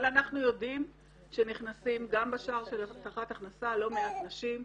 אבל אנחנו יודעים שנכנסות גם בשער של הבטחת הכנסה לא מעט נשים,